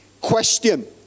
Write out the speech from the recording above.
question